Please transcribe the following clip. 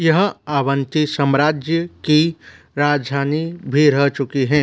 यह अवंती साम्राज्य की राजधानी भी रह चुकी है